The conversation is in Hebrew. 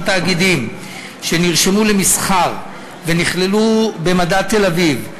תאגידים שנרשמו למסחר ונכללו במדד תל-אביב טק-עילית,